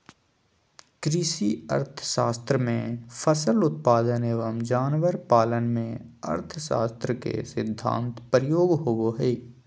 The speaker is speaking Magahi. कृषि अर्थशास्त्र में फसल उत्पादन एवं जानवर पालन में अर्थशास्त्र के सिद्धान्त प्रयोग होबो हइ